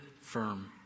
firm